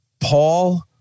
Paul